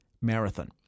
Marathon